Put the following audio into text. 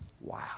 Wow